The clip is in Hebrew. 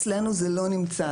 אצלנו זה לא נמצא,